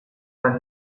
las